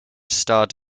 starred